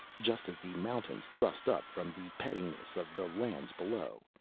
just as the mountains thrust up from the pettiness of the lands below,